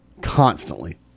constantly